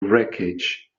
wreckage